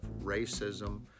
racism